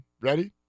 ready